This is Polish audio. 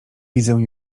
widzę